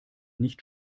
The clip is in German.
nicht